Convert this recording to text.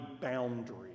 boundary